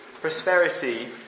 prosperity